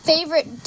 Favorite